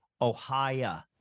ohio